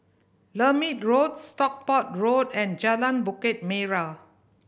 Lermit Road Stockport Road and Jalan Bukit Merah